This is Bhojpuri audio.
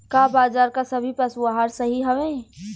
का बाजार क सभी पशु आहार सही हवें?